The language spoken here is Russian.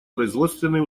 производственные